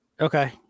okay